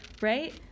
right